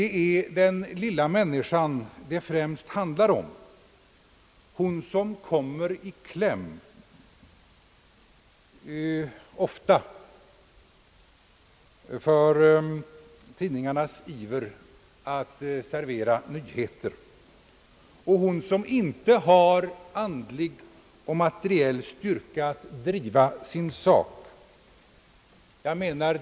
Ty det handlar främst om den lilla människan, som ofta kommer i kläm för tidningarnas iver att servera nyheter — den lilla människan som inte har andlig och materiell styrka att driva sin sak.